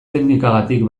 teknikagatik